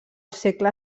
segle